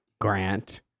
Grant